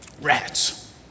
Rats